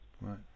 right